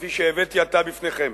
כפי שהבאתי עתה בפניכם.